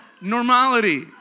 Normality